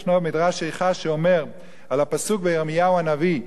יש מדרש איכה שאומר על הפסוק בירמיהו הנביא: